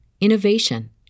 innovation